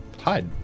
hide